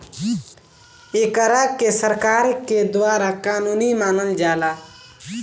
एकरा के सरकार के द्वारा कानूनी मानल जाला